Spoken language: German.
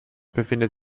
befindet